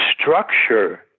structure